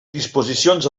disposicions